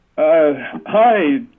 Hi